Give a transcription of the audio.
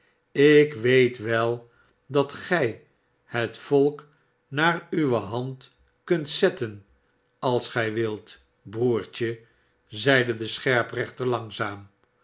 ik weet wel datgij het volk naar uwe hand kunt zetten als gij wilt broertje zeide de scherprechter langzaam